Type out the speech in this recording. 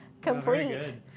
complete